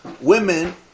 Women